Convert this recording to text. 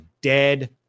dead